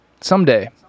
Someday